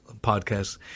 podcasts